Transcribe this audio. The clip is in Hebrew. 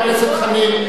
חבר הכנסת חנין.